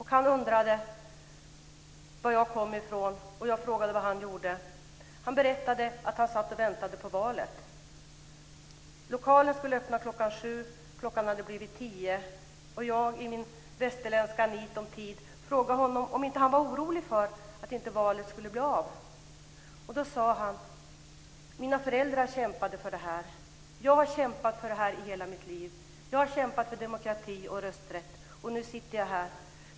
Han undrade var jag kom ifrån, och jag frågade vad han gjorde. Han berättade att han satt och väntade på valet. Lokalen skulle öppna kl. 7, och klockan hade blivit 10. Jag i min västerländska tidsnit frågade honom om han inte var orolig för att valet inte skulle bli av. Då sade han: Mina föräldrar kämpade för det här. Jag har kämpat för det här i hela mitt liv. Jag har kämpat för demokrati och rösträtt, och nu sitter jag här.